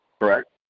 correct